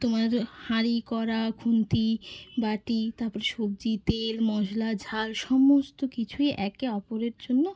তোমার হাঁড়ি কড়া খুন্তি বাটি তার পরে সবজি তেল মশলা ঝাল সমস্ত কিছুই একে অপরের জন্য